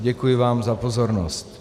Děkuji vám za pozornost.